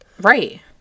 Right